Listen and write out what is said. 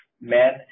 Men